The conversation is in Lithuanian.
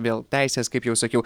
vėl teisės kaip jau sakiau